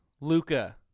Luca